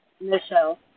Michelle